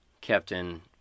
Captain